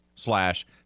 slash